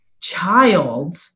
Child